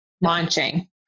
launching